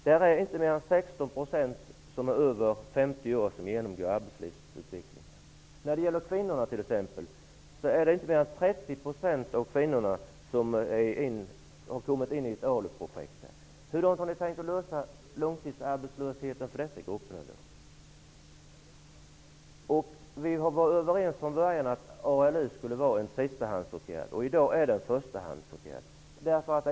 Det är inte mer än 16 % av dem som genomgår arbetslivsutveckling som är över 50 år. Av kvinnorna är det inte mer än 30 % som har kommit in i ett ALU-projekt. Hur har ni tänkt er att lösa långtidsarbetslösheten för dessa grupper? Vi var i början överens om att ALU skulle vara en sistahandsåtgärd. I dag är det en förstahandsåtgärd.